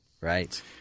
Right